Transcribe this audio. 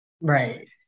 right